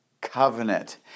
covenant